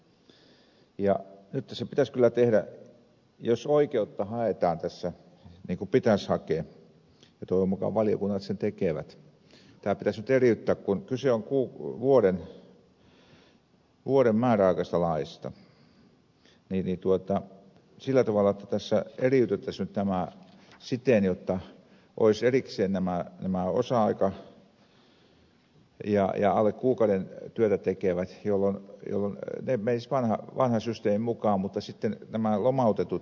nyt tässä pitäisi kyllä tehdä niin että jos oikeutta haetaan tässä niin kuin pitäisi hakea ja toivon mukaan valiokunnat sen tekevät niin tämä pitäisi eriyttää kun kyse on vuoden määräaikaisesta laista sillä tavalla jotta tässä eriytettäisiin nyt tämä siten jotta olisi erikseen nämä osa aikatyötä ja alle kuukauden työtä tekevät jolloin ne menisivät vanhan systeemin mukaan mutta sitten on nämä lomautetut